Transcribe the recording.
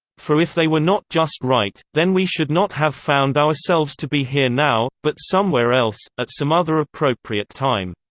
for if they were not just right, then we should not have found ourselves to be here now, but somewhere else, at some other appropriate time.